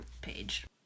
page